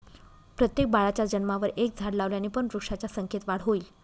प्रत्येक बाळाच्या जन्मावर एक झाड लावल्याने पण वृक्षांच्या संख्येत वाढ होईल